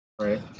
right